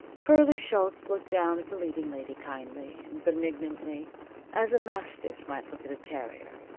pearlie schultz looked down at the leading lady kindly and benignantly, as a mastiff might look at a terrier.